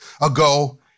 ago